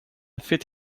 fit